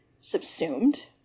subsumed